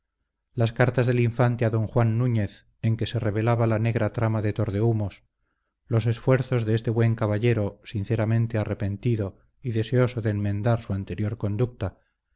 las cartas del infante a don juan núñez en que se revelaba la negra trama de tordehumos los esfuerzos de este buen caballero sinceramente arrepentido y deseoso de enmendar su anterior conducta